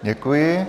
Děkuji.